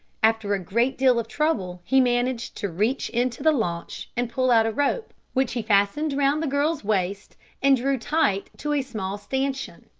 after a great deal of trouble, he managed to reach into the launch and pull out a rope, which he fastened round the girl's waist and drew tight to a small stanchion.